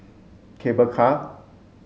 Cable Car